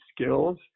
skills